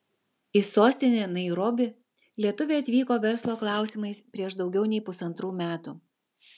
į sostinę nairobį lietuvė atvyko verslo klausimais prieš daugiau nei pusantrų metų